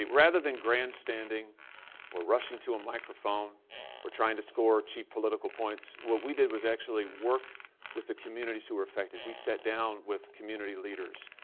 rather than grand standing or rushing to a microphone or trying to score cheap political points, what we did was actually work with the communities who were affected. we sat down with community leaders,